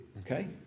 okay